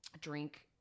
drink